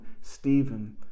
Stephen